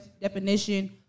definition